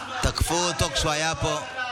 תקפו אותו כשהוא היה פה,